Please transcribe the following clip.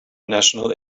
national